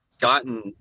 gotten